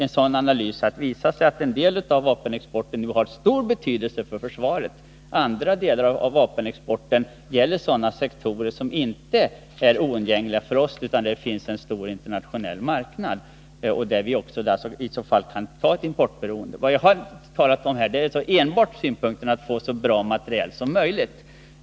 En sådan analys kommer att visa att en del av vapenexporten har stor betydelse för försvaret. Andra delar av vapenexporten gäller sådana sektorer som inte är oundgängligen nödvändiga för oss utan där det finns en stor internationell marknad och där vi kan ta ett importberoende. Jag har uteslutande uppehållit mig vid synpunkten att det är angeläget att få så bra materiel som möjligt.